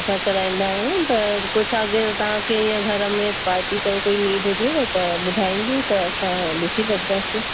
असां कराईंदा आहियूं त कुझु तव्हांखे आॻे ईंअ भाई घर में पार्टी अथव कोई नीड हुजेव त ॿुधाइजो त असां ॾिसी वठंदासीं